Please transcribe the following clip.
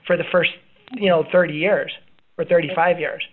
for the st you know thirty years or thirty five years